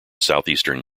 southeastern